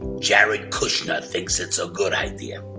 jared kushner thinks it's a good idea.